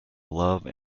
love